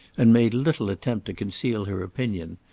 and made little attempt to conceal her opinion.